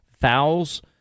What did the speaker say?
fouls